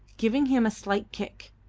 giving him a slight kick.